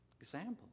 example